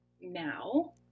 now